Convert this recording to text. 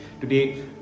today